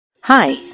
Hi